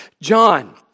John